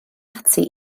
ati